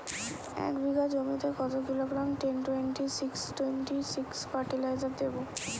এক বিঘা জমিতে কত kilogram ten twenty six twenty six fertilizer দেবো?